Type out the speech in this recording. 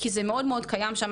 כי זה מאוד קיים שם.